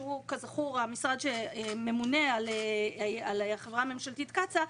שהוא כזכור המשרד שממונה על החברה הממשלתית קצא"א,